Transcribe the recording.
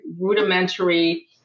rudimentary